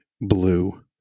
blue